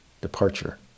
departure